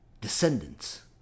descendants